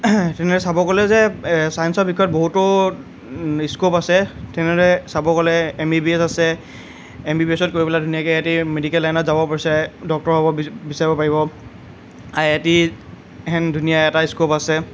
তেনেদৰে চাব গ'লে যে ছায়েঞ্চৰ বিষয়ত বহুতো স্ক'প আছে তেনেদৰে চাব গ'লে এমবিবিএছ আছে এমবিবিএছত গৈ পেলাই ধুনীয়াকৈ সিহঁতি মেডিকেল লাইনত যাব বিচাৰে ডক্তৰ হ'ব বিচাৰিব পাৰিব আইআইটিহেন ধুনীয়া এটা স্ক'প আছে